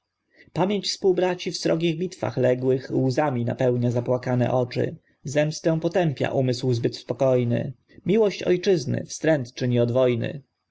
pamięć społbraci w srogich bitwach ległych łzami napełnia zapłakane oczy zemsta potępia umysł zbyt spokojny miłość ojczyzny wstręt czyni od wojny